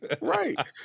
Right